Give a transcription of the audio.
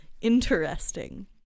Interesting